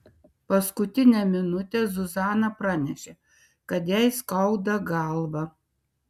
paskutinę minutę zuzana pranešė kad jai skauda galvą